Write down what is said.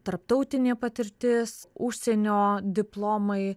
tarptautinė patirtis užsienio diplomai